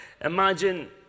imagine